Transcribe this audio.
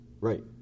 Right